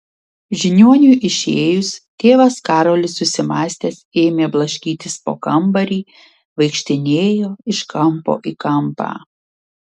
žiniuoniui išėjus tėvas karolis susimąstęs ėmė blaškytis po kambarį vaikštinėjo iš kampo į kampą